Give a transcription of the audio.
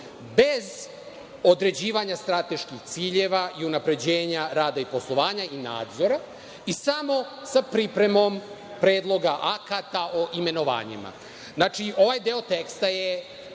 bez određivanja strateških ciljeva i unapređenja rada i poslovanja i nadzora, i samo sa pripremom predloga akata o imenovanju. Znači, ovaj deo teksta je